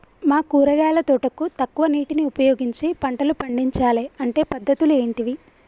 మా కూరగాయల తోటకు తక్కువ నీటిని ఉపయోగించి పంటలు పండించాలే అంటే పద్ధతులు ఏంటివి?